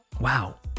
Wow